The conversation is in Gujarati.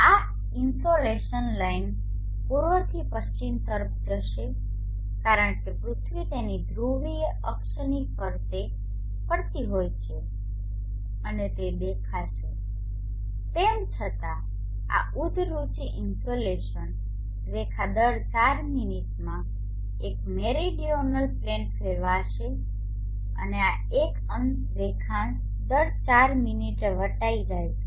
આ ઇન્સોલેશન લાઇન પૂર્વથી પશ્ચિમ તરફ જશે કારણ કે પૃથ્વી તેની ધ્રુવીય અક્ષની ફરતે ફરતી હોય છે અને તે દેખાશે તેમ છતાં આ ઉધરુચિઇન્સોલેસન રેખા દર 4 મિનિટમાં એક મેરીડિઓનલ પ્લેન ફેલાશે અથવા 1º રેખાંશ દર 4 મીનીટે વટાઈ જાય છે